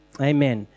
Amen